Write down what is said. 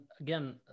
again